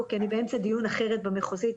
הזה.